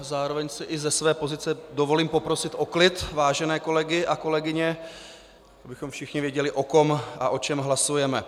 Zároveň si i ze své pozice dovolím poprosit o klid vážené kolegy a kolegyně, abychom všichni věděli, o kom a o čem hlasujeme.